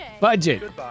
Budget